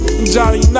Johnny